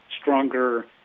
stronger